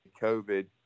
COVID